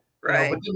right